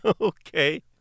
Okay